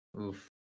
Oof